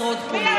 לשרוד פה.